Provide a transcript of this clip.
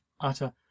utter